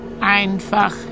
einfach